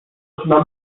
zaczyna